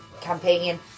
campaign